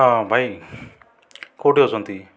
ହଁ ଭାଇ କେଉଁଠି ଅଛନ୍ତି